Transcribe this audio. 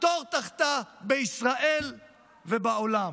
לחתור תחתיה בישראל ובעולם.